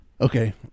Okay